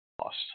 lost